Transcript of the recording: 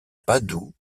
padoue